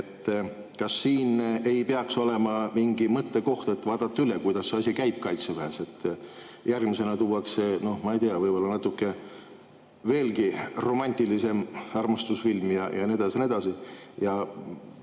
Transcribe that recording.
Kas siin ei peaks olema mingi mõttekoht, et vaadata üle, kuidas see asi Kaitseväes käib? Järgmisena tuuakse, noh, ma ei tea, võib-olla natuke veelgi romantilisem armastusfilm ja nii edasi